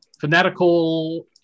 fanatical